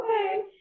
okay